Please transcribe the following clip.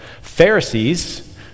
Pharisees